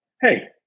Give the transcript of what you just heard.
hey